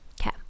okay